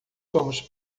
somos